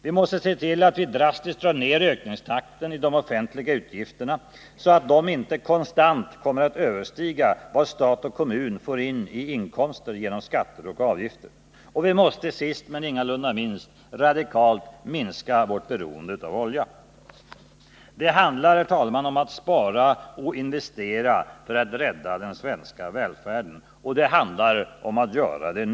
Vi måste se till att vi drastiskt drar ned ökningstakten i de offentliga utgifterna så att de inte konstant kommer att överstiga vad stat och kommun får in i inkomster genom skatter och avgifter. Vi måste sist men ingalunda minst se till att vi radikalt minskar vårt beroende av olja. Det handlar, herr talman, om att spara och investera för att rädda den svenska välfärden. Och det handlar om att göra det nu.